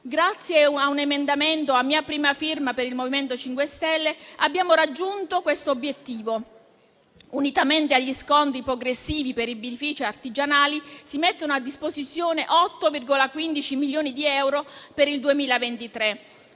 Grazie a un emendamento a mia prima firma per il MoVimento 5 Stelle, abbiamo raggiunto questo obiettivo. Unitamente agli sconti progressivi per i birrifici artigianali, si mettono a disposizione 8,15 milioni di euro per il 2023.